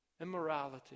immorality